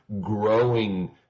growing